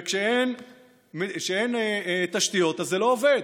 וכשאין תשתיות אז זה לא עובד.